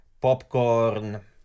popcorn